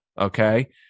Okay